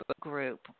group